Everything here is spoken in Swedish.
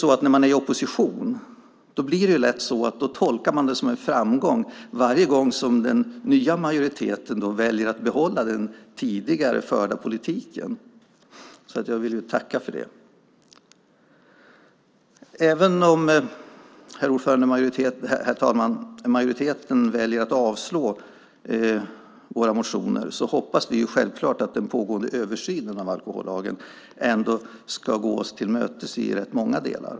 När man är i opposition tolkar man det lätt som en framgång varje gång som den nya majoriteten väljer att behålla den tidigare förda politiken. Så jag vill tacka för det. Herr talman! Även om majoriteten väljer att avstyrka våra motioner hoppas vi självklart att den pågående översynen av alkohollagen ska gå oss till mötes i rätt många delar.